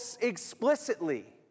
explicitly